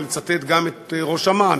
ולצטט גם את ראש אמ"ן,